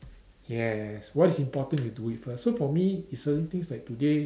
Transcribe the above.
yes what is important you do it first so for me if certain things like today